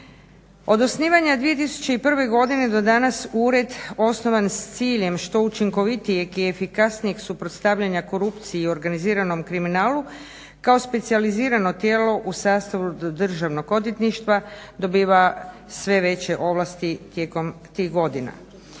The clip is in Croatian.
Od osnivanja 2001. do danas ured osnovan s ciljem što učinkovitijeg i efikasnijeg suprotstavljanja korupciji i organiziranom kriminalu kao specijalizirano tijelo u sastavu državnog odvjetništva dobiva sve veće ovlasti tijekom tih godina.